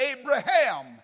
Abraham